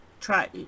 Try